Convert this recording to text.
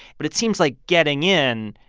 but it seems like getting in.